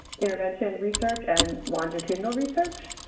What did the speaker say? intervention research and longitudinal research,